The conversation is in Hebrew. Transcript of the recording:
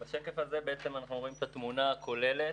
בשקף הזה רואים למעשה את התמונה הכוללת